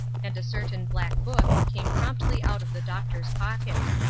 and a certain black book came promptly out of the doctor's pocket.